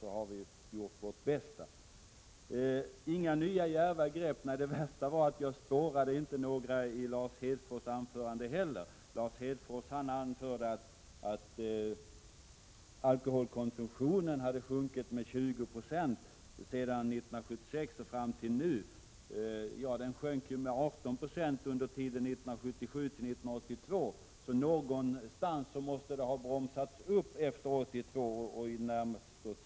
Vistår inte för några nya, djärva grepp - nej, det gör vi inte, men det värsta är att jag inte spårat några sådana i Lars Hedfors anförande heller. Lars Hedfors anförde att alkoholkonsumtionen har sjunkit med 20 96 från 1976 och fram till nu. Ja, den sjönk med 18 96 1977—1982, så den utvecklingen måste ha bromsats upp efter 1982.